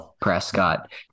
Prescott